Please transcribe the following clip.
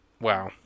Wow